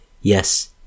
yes